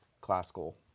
classical